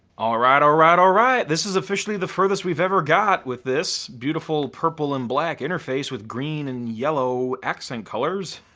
alright, alright, alright. this is officially the furthest we've ever got with this beautiful purple and black interface, with green and yellow accent colors.